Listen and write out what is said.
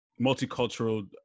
multicultural